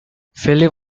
philip